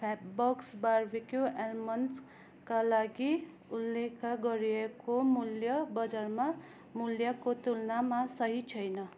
Fabbox barbecue अल्मोन्डका लागि उल्लेख गरिएको मूल्य बजारमा मूल्यको तुलनामा सही छैन